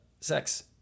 Sex